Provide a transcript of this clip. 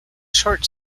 short